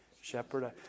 shepherd